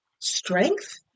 Strength